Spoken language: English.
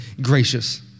gracious